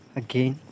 again